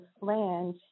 land